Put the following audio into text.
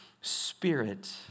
spirit